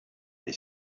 they